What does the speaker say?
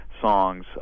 songs